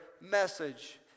message